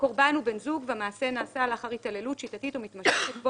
הקורבן הוא בן זוג והמעשה נעשה לאחר התעללות שיטתית או מתמשכת בו,